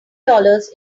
dollars